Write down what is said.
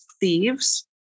thieves